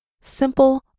Simple